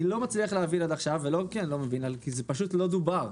אני לא מצליח להבין עד עכשיו כי זה פשוט לא נאמר: